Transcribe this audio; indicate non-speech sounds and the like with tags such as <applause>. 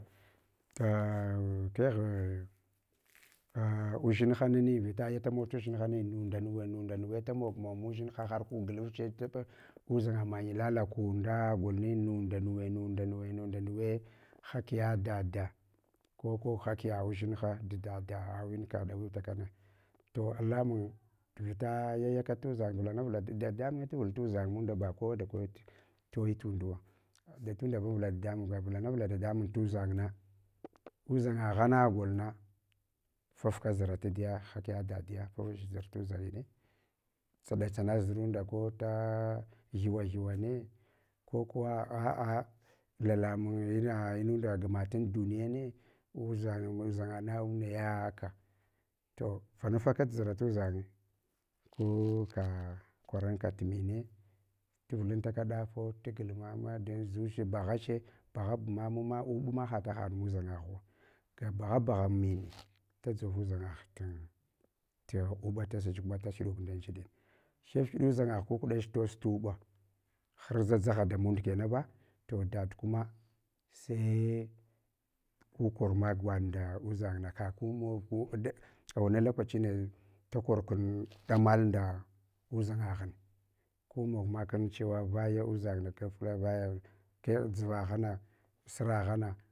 A <hesitation> keghe udʒinhangini vitayatamau tuʒinaha nani nundanuwe nudanuwe damogmowa mudʒinha har ka guglafche tab udʒangi manya lala kunda gulmi, mu ndanuwe mu danuwe hakiya dada, ko ko hakiya udʒin tu dada aka awinka tu dawita kana. To allamu vita yayaka tuʒanga, vulalad, dada manye tuvul tudʒang munda ba kowa da kowe toyi tunduwa. Tunda vulana vula dadamun tudʒangna udʒanga ghana golna, fufka zira tadya, hakiya dodiya saf zir tudʒangine, ɗatsan zurunda kota ghiwaghiwane, kokuwa agha agha lalamung ina inunda gmatam duniyane, udʒange undʒanganɗa, nayaka, to fanafaka zira tudʒange gu ka kwaranka tumine tuvulantaka ɗafo, tugul mama, dunʒuch baghache, baghab mamuma ubma ha nudʒan gaghuwa, bagha baghamin dazov udʒangagh tu uɓa taʒach koma tahidu nanech de hifhida udʒanga kukɗach tosnuɓa harʒa dʒagha damund kenaba to da kuma sai ku kormak gwanɗ nda udʒangna ka ku mog ku. Awannan lokachi ne dakorkun damal nda udʒangaghna gu mogmakun chewa vaya udʒang na kafkla vaya, kegh dʒuvaghana, suraghana.